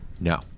no